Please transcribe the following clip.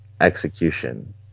execution